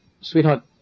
sweetheart